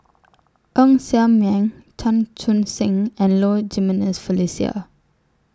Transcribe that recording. Ng Ser Miang Chan Chun Sing and Low Jimenez Felicia